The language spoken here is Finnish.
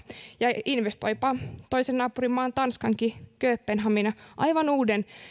ja investoipa toisen naapurimaan tanskankin kööpenhamina aivan uuden